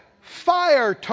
Fire